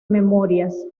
memorias